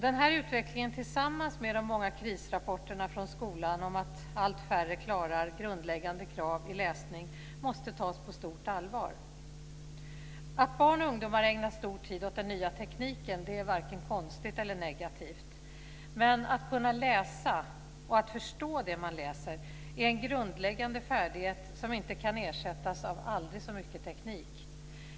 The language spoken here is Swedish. Den här utvecklingen tillsammans med de många krisrapporterna från skolan om att allt färre klarar grundläggande krav i läsning måste tas på stort allvar. Att barn och ungdomar ägnar stor tid åt den nya tekniken är varken konstigt eller negativt. Men att kunna läsa och att förstå det man läser är en grundläggande färdighet som inte kan ersättas av aldrig så mycket teknik.